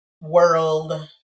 world